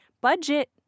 budget